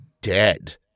dead